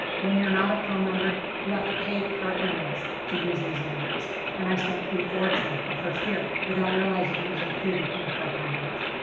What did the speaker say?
when you're not a pro member, you have to pay per image to use these images and i spent a fortune my first year without realizing it was included in the pro package.